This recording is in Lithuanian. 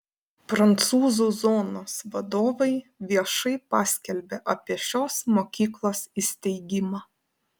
prancūzų zonos vadovai viešai paskelbė apie šios mokyklos įsteigimą